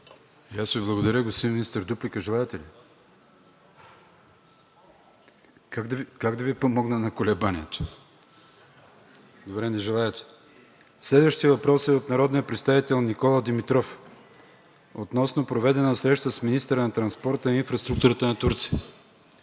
аз Ви благодаря. Господин Министър, дуплика желаете ли? Как да Ви помогна на колебанието? Добре, не желаете. Следващият въпрос е от народния представител Никола Димитров относно проведена среща с министъра на транспорта и инфраструктурата на Турция.